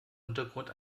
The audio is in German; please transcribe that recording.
untergrund